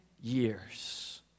years